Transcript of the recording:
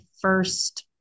first